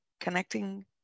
connecting